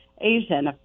Asian